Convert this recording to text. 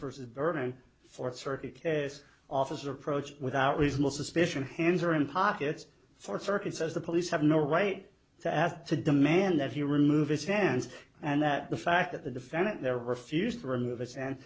versus vernon fourth circuit case officer approached without reasonable suspicion hands or in pockets for circuit says the police have no right to ask to demand that he remove his hands and that the fact that the defendant there refused to remove us and